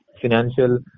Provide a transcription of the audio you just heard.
financial